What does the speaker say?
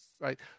right